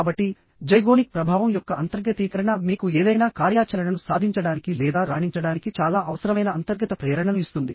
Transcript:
కాబట్టి జైగోనిక్ ప్రభావం యొక్క అంతర్గతీకరణ మీకు ఏదైనా కార్యాచరణను సాధించడానికి లేదా రాణించడానికి చాలా అవసరమైన అంతర్గత ప్రేరణను ఇస్తుంది